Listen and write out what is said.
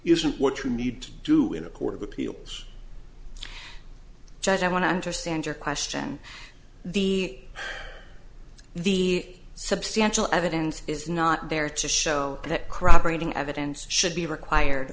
to do in a court of appeals judge i want to understand your question the the substantial evidence is not there to show that corroborating evidence should be required